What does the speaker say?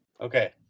Okay